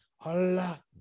Allah